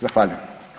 Zahvaljujem.